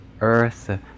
earth